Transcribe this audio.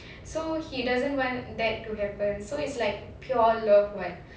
so he doesn't want that to happen so it's like pure love [what]